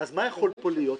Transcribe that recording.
אז מה יכול פה להיות?